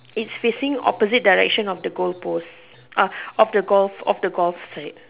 it's facing opposite direction of the goal post of the gift of the gift